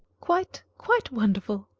quite, quite wonderful.